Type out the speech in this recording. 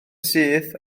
syth